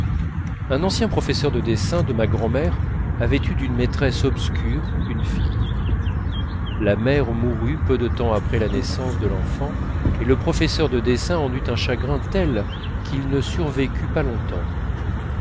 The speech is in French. un ancien professeur de dessin de ma grand'mère avait eu d'une maîtresse obscure une fille la mère mourut peu de temps après la naissance de l'enfant et le professeur de dessin en eut un chagrin tel qu'il ne survécut pas longtemps